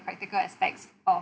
practical aspects of